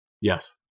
Yes